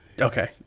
Okay